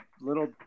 little